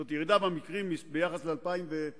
זאת ירידה במספר המקרים ביחס ל-2006,